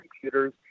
computers